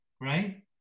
right